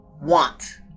want